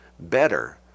better